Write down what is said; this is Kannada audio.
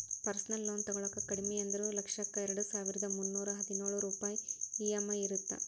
ಪರ್ಸನಲ್ ಲೋನ್ ತೊಗೊಳಾಕ ಕಡಿಮಿ ಅಂದ್ರು ಲಕ್ಷಕ್ಕ ಎರಡಸಾವಿರ್ದಾ ಮುನ್ನೂರಾ ಹದಿನೊಳ ರೂಪಾಯ್ ಇ.ಎಂ.ಐ ಇರತ್ತ